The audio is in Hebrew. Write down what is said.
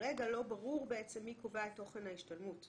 כרגע לא ברור מי קובע את תוכן ההשתלמות.